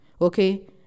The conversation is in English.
Okay